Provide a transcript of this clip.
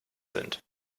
sind